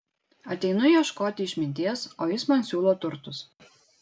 ateinu ieškoti išminties o jis man siūlo turtus